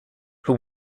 who